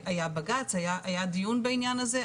היה בג"צ, היה דיון בעניין הזה.